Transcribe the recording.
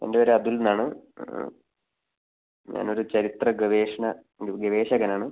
എൻ്റെ പേര് അതുൽ എന്നാണ് ഞാൻ ഒരു ചരിത്ര ഗവേഷണ ഒരു ഗവേഷകൻ ആണ്